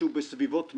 איפשהו בסביבות מאי,